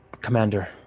Commander